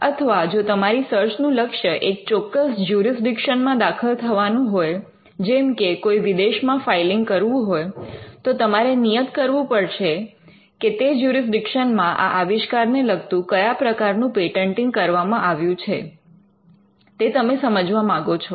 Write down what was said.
અથવા જો તમારી સર્ચ નું લક્ષ્ય એક ચોક્કસ જૂરિસ્ડિક્શન્ માં દાખલ થવાનું હોય જેમ કે કોઈ વિદેશમાં ફાઇલિંગ કરવું હોય તો તમારે નિયત કરવું પડશે કે કે તે જૂરિસ્ડિક્શન્ માં આ આવિષ્કારને લગતું કયા પ્રકારનું પેટન્ટિંગ કરવામાં આવ્યું છે તે તમે સમજવા માંગો છો